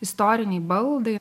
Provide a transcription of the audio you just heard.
istoriniai baldai